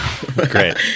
Great